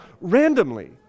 randomly